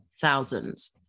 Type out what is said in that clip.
thousands